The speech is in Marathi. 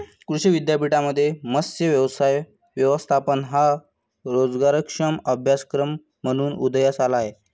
कृषी विद्यापीठांमध्ये मत्स्य व्यवसाय व्यवस्थापन हा रोजगारक्षम अभ्यासक्रम म्हणून उदयास आला आहे